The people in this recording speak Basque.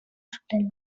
zutela